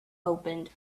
opened